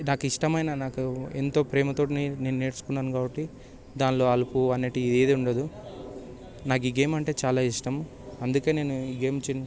నాకు ఇష్టమైన నాకు ఎంతో ప్రేమతో నేను నేను నేర్చుకున్నాను కాబట్టి దానిలో అలుపు అనేది ఏదీ ఉండదు నాకు ఈ గేమ్ అంటే చాలా ఇష్టం అందుకే నేను ఈ గేమ్ చిన్